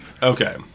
Okay